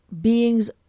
beings